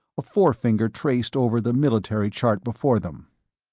a forefinger traced over the military chart before them.